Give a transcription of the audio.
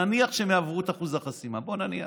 נניח שהם יעברו את אחוז החסימה, בואו נניח,